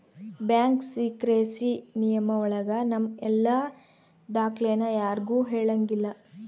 bank secrecy ನಿಯಮ ಒಳಗ ನಮ್ ಎಲ್ಲ ದಾಖ್ಲೆನ ಯಾರ್ಗೂ ಹೇಳಂಗಿಲ್ಲ